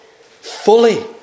fully